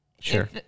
Sure